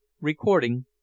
Recording